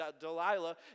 Delilah